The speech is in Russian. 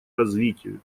развитию